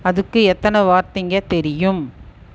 அதுக்கு எத்தனை வார்த்தைங்க தெரியும்